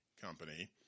Company